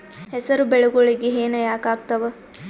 ಹೆಸರು ಬೆಳಿಗೋಳಿಗಿ ಹೆನ ಯಾಕ ಆಗ್ತಾವ?